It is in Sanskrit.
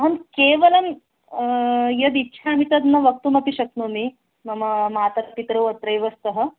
अहं केवलं यदिच्छामि तद् न वक्तुमपि शक्नोमि मम मातापितरौ अत्रैव स्तः